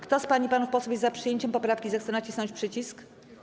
Kto z pań i panów posłów jest za przyjęciem poprawki, zechce nacisnąć przycisk.